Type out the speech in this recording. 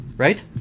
Right